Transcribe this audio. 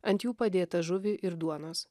ant jų padėtą žuvį ir duonos